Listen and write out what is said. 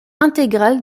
intégrale